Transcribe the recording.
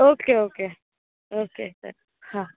okay okay okay sir હા